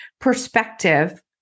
perspective